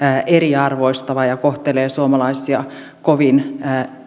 eriarvoistava ja kohtelee suomalaisia kovin